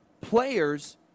Players